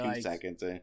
seconds